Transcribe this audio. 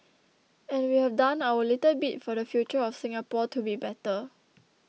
and we have done our little bit for the future of Singapore to be better